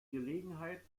gelegenheit